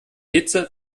hitze